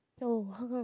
oh how come